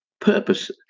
purpose